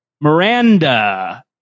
Miranda